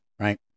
right